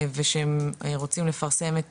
ושהם רוצים לפרסם את